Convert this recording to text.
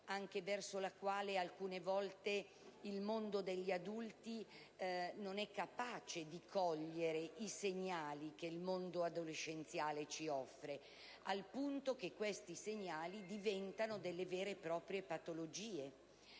quella verso la quale alcune volte il mondo degli adulti non è capace di cogliere i segnali che il mondo adolescenziale ci offre, al punto che essi diventano delle vere e proprie patologie.